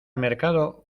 mercado